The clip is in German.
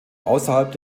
außerhalb